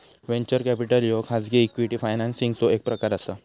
venture capital ह्यो खाजगी equity फायनान्सिंगचो एक प्रकार असा